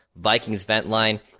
Vikingsventline